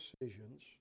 decisions